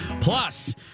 Plus